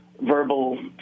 verbal